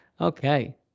okay